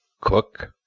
cook